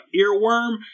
earworm